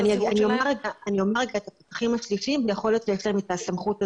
אני אומר רגע את הפקחים השלישיים ויכול להיות שיש להם את הסמכות הזו.